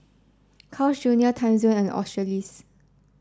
Carl's Junior Timezone and Australis